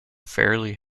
fairly